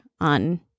on